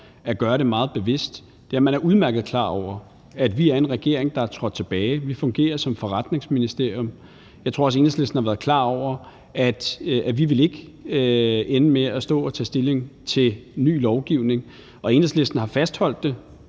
at gøre det meget bevidst – at man udmærket er klar over, at vi er en regering, der er trådt tilbage; vi fungerer som forretningsministerium. Jeg tror også, Enhedslisten har været klar over, at vi ikke vil ende med at stå og tage stilling til ny lovgivning. Og Enhedslisten har fastholdt det